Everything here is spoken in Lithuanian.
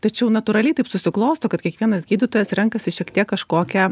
tačiau natūraliai taip susiklosto kad kiekvienas gydytojas renkasi šiek tiek kažkokią